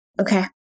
Okay